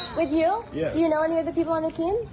with you? yes. do you know any of the people on the team?